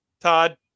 Todd